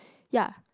ya